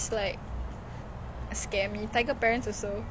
anak siapa tu astaga